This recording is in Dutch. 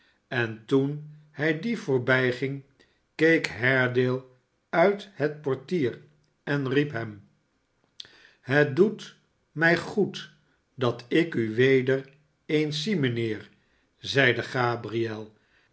en toen hij die voorbijging keek haredale uit het portier en riep hem s het doet mij goed dat ik u weder eens zie rnijnheer zeide gabriel